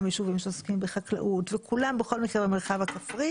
ישובים שעוסקים בחקלאות וכולם בכל מקרה במרחב הכפרי